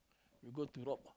you go to rock